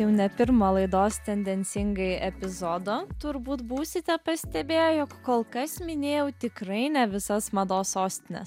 jau ne pirmo laidos tendencingai epizodo turbūt būsite pastebėję jog kol kas minėjau tikrai ne visas mados sostines